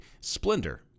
Splendor